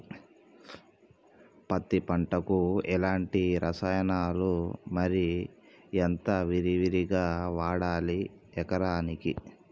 పత్తి పంటకు ఎలాంటి రసాయనాలు మరి ఎంత విరివిగా వాడాలి ఎకరాకి?